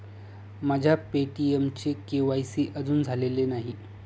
माझ्या पे.टी.एमचे के.वाय.सी अजून झालेले नाही